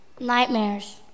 Nightmares